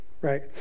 right